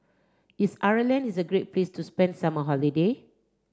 is Ireland is a great place to spend summer holiday